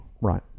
Right